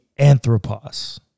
Anthropos